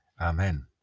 Amen